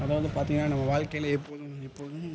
அதாவது வந்து பார்த்தீங்கன்னா நம்ம வாழ்க்கையில் எப்போதும் எப்போதும்